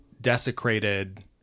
desecrated